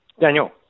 Daniel